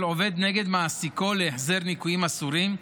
עובד נגד מעסיקו להחזר ניכויים אסורים,